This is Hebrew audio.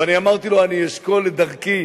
ואני אמרתי לו שאני אשקול את דרכי,